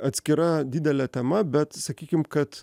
atskira didelė tema bet sakykim kad